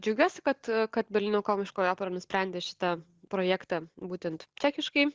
džiaugiuosi kad kad berlyno komiškoji opera nusprendė šitą projektą būtent čekiškai